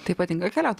tai patinka keliaut